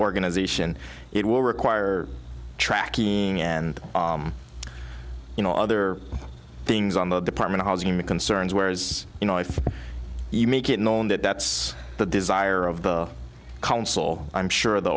organization it will require tracking and you know other things on the partment housing the concerns whereas you know if you make it known that that's the desire of the council i'm sure the